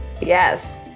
Yes